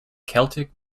celtic